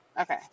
Okay